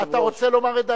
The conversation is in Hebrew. אתה רוצה לומר את דעתך?